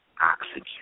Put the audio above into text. oxygen